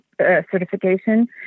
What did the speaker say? Certification